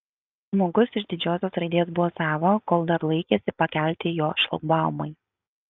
žmogus iš didžiosios raidės buvo sava kol dar laikėsi pakelti jo šlagbaumai